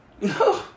No